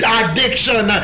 addiction